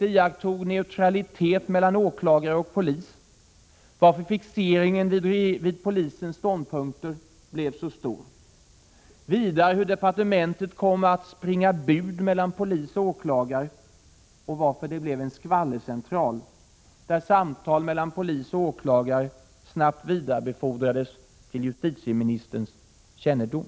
1986/87:127 iakttog neutralitet mellan åklagare och polis, varför fixeringen vid polisens 20 maj 1987 ståndpunkter blev så stor. Vidare kan man fråga sig varför departementet kom att springa bud mellan polis och åklagare och varför det blev en RS 0 skvallercentral, där samtal mellan polis och åklagare snabbt vidarebefordra TREE H ETS SUI ENN des till justitieministerns kännedom.